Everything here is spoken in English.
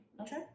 Okay